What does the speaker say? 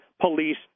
Police